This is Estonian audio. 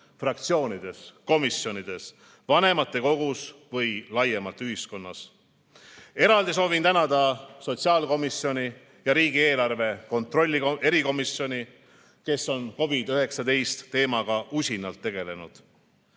fraktsioonides, komisjonides, vanematekogus või laiemalt ühiskonnas. Eraldi soovin tänada sotsiaalkomisjoni ja riigieelarve kontrolli erikomisjoni, kes on COVID-19 teemaga usinalt tegelenud.